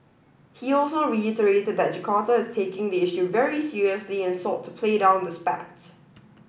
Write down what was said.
he also reiterated that Jakarta is taking the issue very seriously and sought to play down the spat